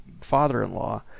father-in-law